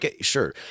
Sure